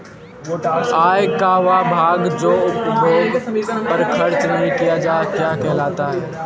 आय का वह भाग जो उपभोग पर खर्च नही किया जाता क्या कहलाता है?